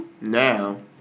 Now